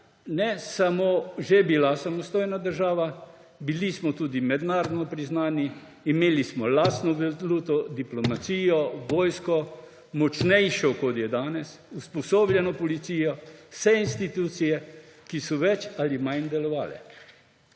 ne samo že bila samostojna država, bili smo tudi mednarodno priznani, imeli smo lastno valuto, diplomacijo, vojsko, močnejšo, kot je danes, usposobljeno policijo, vse institucije, ki so več ali manj delovale.